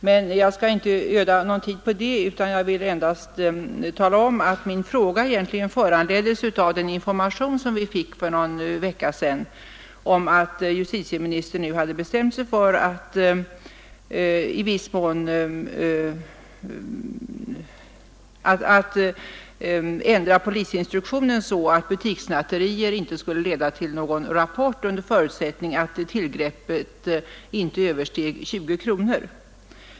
Men jag skall inte öda någon tid på det utan endast tala om att min fråga föranleddes av den information som vi fick för någon vecka sedan om att justitieministern nu bestämt sig för att ändra polisinstruktionen så att butikssnatterier inte skulle leda till någon rapport, under förutsättning att tillgreppet inte översteg 20 kronor.